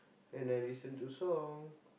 and I listen to song